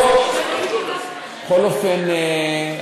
בכל אופן,